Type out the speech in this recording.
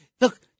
look